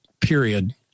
period